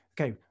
okay